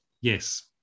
Yes